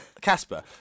Casper